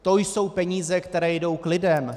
To jsou peníze, které jdou k lidem.